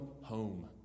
home